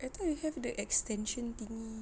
I thought you have the extension thingy